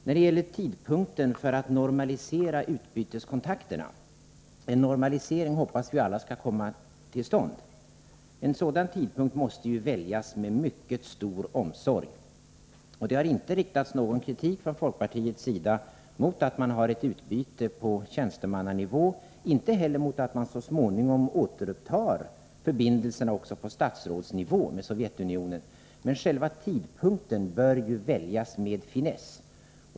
När det gäller tidpunkten för att normalisera utbyteskontakterna — en normalisering hoppas vi alla skall komma till stånd — vill jag säga att den tidpunkten måste väljas med mycket stor omsorg. Det har inte riktats någon kritik från folkpartiets sida mot att man har ett utbyte med Sovjetunionen på tjänstemannanivå — inte heller mot att man så småningom återupptar förbindelserna också på statsrådsnivå. Men själva tidpunkten bör väljas med finess.